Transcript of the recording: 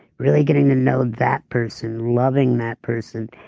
really getting to know that person, loving that person.